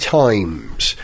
times